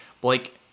Blake